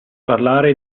parlare